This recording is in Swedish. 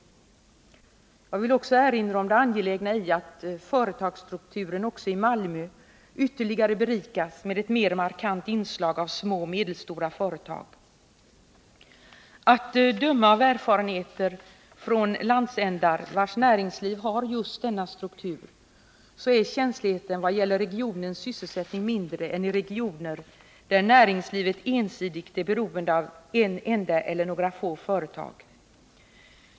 Jag vill också erinra om det angelägna i att företagsstrukturen även i Malmö ytterligare berikas med ett markant inslag av små och medelstora Nr 164 företag. Att döma av erfarenheter från landsändar, vilkas näringsliv har just Torsdagen den denna struktur, är känsligheten vad gäller regionens sysselsättning mindre i 5 juni 1980 sådana regioner än i regioner där näringslivet ensidigt är beroende av ett enda eller några få företag.